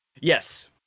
Yes